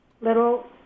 little